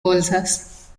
bolsas